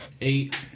Eight